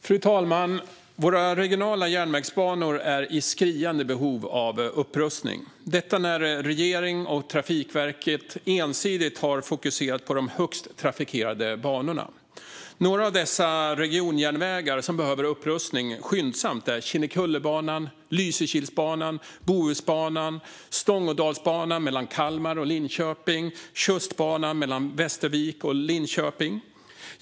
Fru talman! Våra regionala järnvägsbanor är i skriande behov av upprustning, då regeringen och Trafikverket ensidigt har fokuserat på de mest trafikerade banorna. Några av de regionjärnvägar som behöver upprustning skyndsamt är Kinnekullebanan, Lysekilsbanan, Bohusbanan, Stångådalsbanan mellan Kalmar och Linköping och Tjustbanan mellan Västervik och Linköping.